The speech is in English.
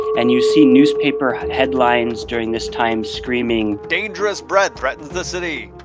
and you see newspaper headlines during this time screaming, dangerous bread threatens the city.